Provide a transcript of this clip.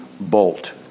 Bolt